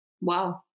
Wow